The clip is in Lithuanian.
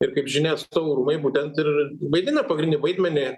ir kaip žinia atstovų rūmai būtent ir vaidina pagrindinį vaidmenį